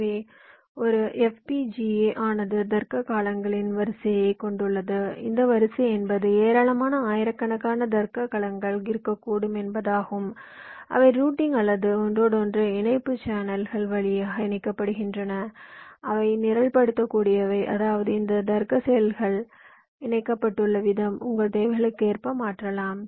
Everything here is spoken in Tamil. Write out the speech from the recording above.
எனவே ஒரு FPGA ஆனது தர்க்க கலங்களின் வரிசையைக் கொண்டுள்ளது இந்த வரிசை என்பது ஏராளமான ஆயிரக்கணக்கான தர்க்க கலங்கள் இருக்கக்கூடும் என்பதாகும் அவை ரூட்டிங் அல்லது ஒன்றோடொன்று இணைப்பு சேனல்கள் வழியாக இணைக்கப்படுகின்றன அவை நிரல்படுத்தக்கூடியவை அதாவது இந்த தர்க்க செல்கள் இணைக்கப்பட்டுள்ள விதம் உங்கள் தேவைகளுக்கு ஏற்ப மாற்றலாம்